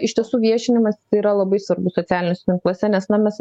iš tiesų viešinimas yra labai svarbus socialiniuose tinkluose nes na mes